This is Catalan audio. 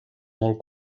molt